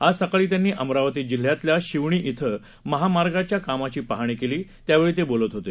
आज सकाळी त्यांनी अमरावती जिल्ह्यातल्या शिवणी क्रि महारामार्गाच्या कामाची पाहणी केली त्यावेळी ते बोलत होते